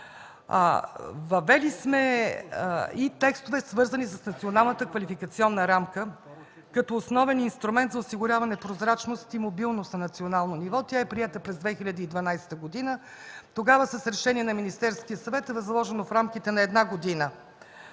Въвели сме и текстове, свързани с Националната квалификационна рамка като основен инструмент за осигуряване на прозрачност и мобилност на национално ниво. Тя е приета през 2012 г. Тогава с решение на Министерския съвет е възложено в рамките на една година